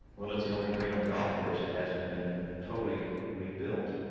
well, it's the only green on the golf course. it hasn't been totally rebuilt.